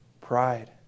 Pride